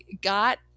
got